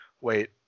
Wait